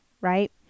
right